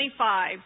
25